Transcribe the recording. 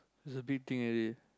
it's a big thing already